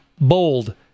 bold